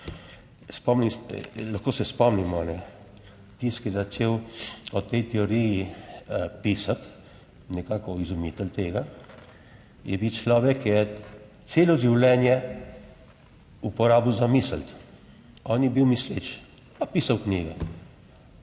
lahko se spomnimo, tisti, ki je začel o tej teoriji pisati, nekako izumitelj tega, je bil človek, ki je celo življenje uporabil za misliti. On je bil misleč, pa pisal knjige,